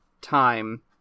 time